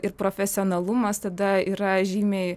ir profesionalumas tada yra žymiai